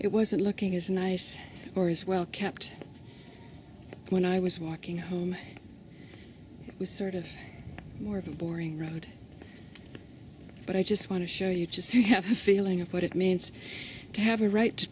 it wasn't looking as nice or as well kept when i was walking home was sort of more of a boring road but i just want to show you just so you have the feeling of what it means to have a right to